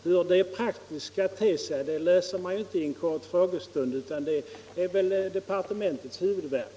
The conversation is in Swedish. Hur det praktiskt skall te sig löser man ju inte under en kort frågestund, utan det är väl departementets huvudvärk.